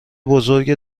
بزرگ